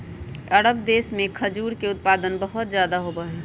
अरब देश में खजूर के उत्पादन बहुत ज्यादा होबा हई